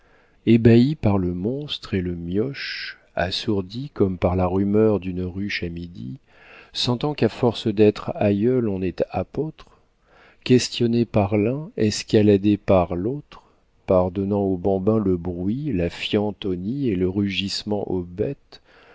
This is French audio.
ébahi par le monstre et le mioche assourdi comme par la rumeur d'une ruche à midi sentant qu'à force d'être aïeul on est apôtre questionné par l'un escaladé par l'autre pardonnant aux bambins le bruit la fiente aux nids et le rugissement aux